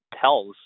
tells